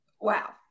Wow